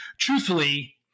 truthfully